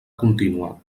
contínua